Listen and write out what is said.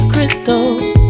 Crystals